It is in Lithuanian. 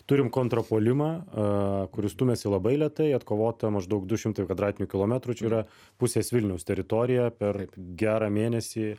turim kontrpuolimą a kuris stumiasi labai lėtai atkovota maždaug du šimtai kvadratinių kilometrų čia yra pusės vilniaus teritoriją per gerą mėnesį